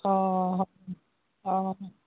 অঁ অঁ